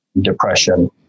depression